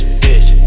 bitch